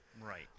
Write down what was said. Right